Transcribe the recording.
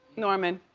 norman,